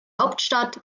hauptstadt